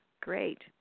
great